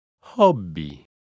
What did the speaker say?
Hobby